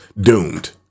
doomed